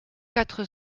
quatre